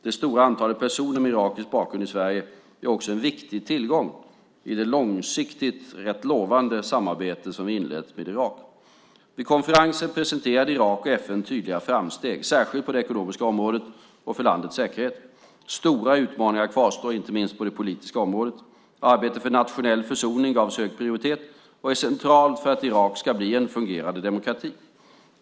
Det stora antalet personer med irakisk bakgrund i Sverige är också en viktig tillgång i det långsiktigt rätt lovande samarbetet som vi har inlett med Irak. Vid konferensen presenterade Irak och FN tydliga framsteg, särskilt på det ekonomiska området och för landets säkerhet. Stora utmaningar kvarstår, inte minst på det politiska området. Arbetet för nationell försoning gavs hög prioritet och är centralt för att Irak ska bli en fungerande demokrati.